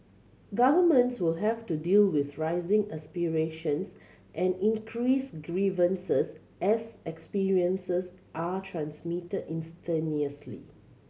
governments will have to deal with rising aspirations and increased grievances as experiences are transmitted